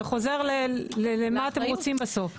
זה חוזר למה אתם רוצים בסוף.